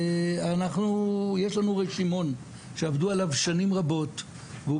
ויש לנו רשימון שעבדו עליו שנים רבות והוא